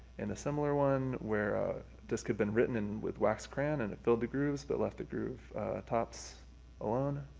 and a similar one where a disc had been written in with wax crayon and it filled the grooves but left the groove tops alone.